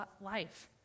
life